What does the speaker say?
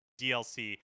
DLC